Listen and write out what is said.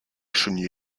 chenille